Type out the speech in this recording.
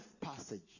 passage